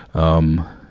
um,